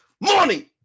money